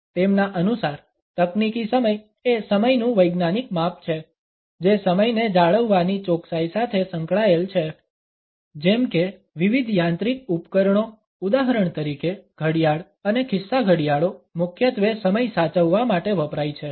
તેમના અનુસાર તકનીકી સમય એ સમયનું વૈજ્ઞાનિક માપ છે જે સમયને જાળવવાની ચોકસાઈ સાથે સંકળાયેલ છે જેમ કે વિવિધ યાંત્રિક ઉપકરણો ઉદાહરણ તરીકે ઘડિયાળ અને ખિસ્સા ઘડિયાળો મુખ્યત્વે સમય સાચવવા માટે વપરાય છે